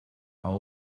aber